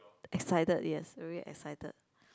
excited yes very excited